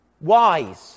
Wise